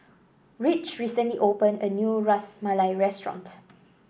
Ridge recently opened a new Ras Malai Restaurant